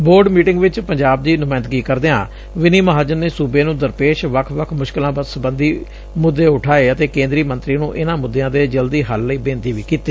board meeting ਵਿੱਚ ਪੰਜਾਬ ਦੀ ਨੁਮਾਇੰਦਗੀ ਕਰਦਿਆਂ ਵਿਨੀ ਮਹਾਜਨ ਨੇ ਸੁਬੇ ਨੂੰ ਦਰਪੇਸ਼ ਵੱਖ ਵੱਖ ਮੁਸ਼ਕਿਲਾਂ ਸਬੰਧੀ ਮੁੱਦੇ ਉਠਾਏ ਅਤੇ ਕੇਂਦਰੀ ਮੰਤਰੀ ਨੂੰ ਇਨੂਾਂ ਮੁੱਦਿਆਂ ਦੇ ਜਲਦੀ ਹੱਲ ਲਈ ਬੇਨਤੀ ਵੀ ਕੀਤੀ